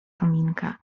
kominka